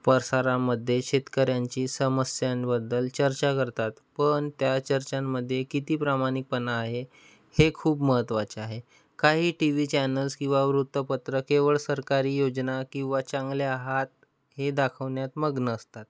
प्रसारांमध्ये शेतकऱ्यांची समस्यांबद्दल चर्चा करतात पण त्या चर्चाांमध्ये किती प्रामाणिकपणा आहे हे खूप महत्त्वाचे आहे काही टी व्ही चॅनल्स किंवा वृत्तपत्र केवळ सरकारी योजना किंवा चांगल्या आहात हे दाखवण्यात्त मग्न असतात